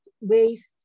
ways